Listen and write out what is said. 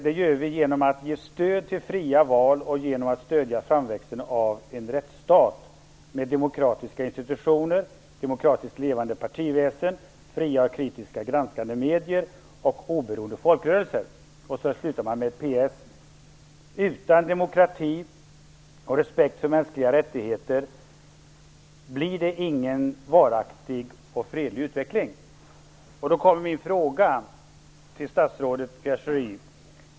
Det gör vi genom att ge stöd till fria val och genom att stödja framväxten av en rättsstat med demokratiska institutioner, ett demokratiskt levande partiväsen, fria, kritiska och granskande medier och oberoende folkrörelser. Så slutar man med ett PS: Utan demokrati och respekt för mänskliga rättigheter blir det ingen varaktig och fredlig utveckling. Då kommer min fråga till statsrådet Pierre Schori.